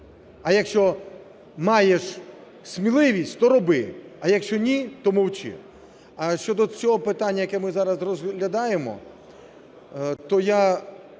а якщо маєш сміливість, то роби, а якщо ні – то мовчи. Щодо цього питання, яке ми зараз розглядаємо, то я